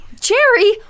Jerry